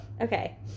Okay